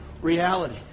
reality